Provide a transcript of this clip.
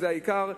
זה העיקר.